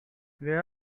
where